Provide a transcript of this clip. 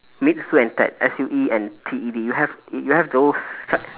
meet sue and ted S U E and T E D you have you have those s~